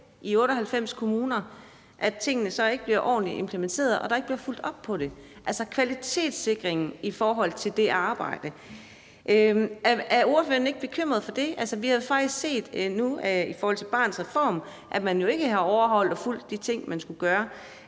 i 98 kommuner, at tingene så ikke bliver ordentligt implementeret, og at der ikke bliver fulgt op på det – altså kvalitetssikringen i forhold til det arbejde. Er ordføreren ikke bekymret for det? Vi har jo faktisk set i forhold til Barnets Reform, at man ikke har overholdt og fulgt de ting, man skulle, og det